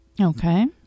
Okay